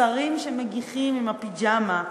השרים שמגיחים עם הפיג'מה,